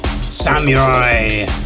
Samurai